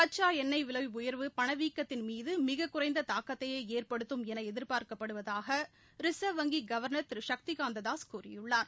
கச்சா எண்ணெய் விலை உயர்வு பணவீக்கத்தின் மீது மிகக்குறைந்த தாக்கத்தையே ஏற்படுத்தும் என எதிர்பார்க்கப்படுவதாக ரிசர்வ் வங்கி கவர்னர் திரு சக்தி காந்ததாஸ் கூறியுள்ளார்